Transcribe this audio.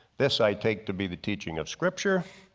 this i take to be the teaching of scripture.